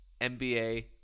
NBA